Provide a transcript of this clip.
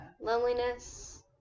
Loneliness